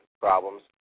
problems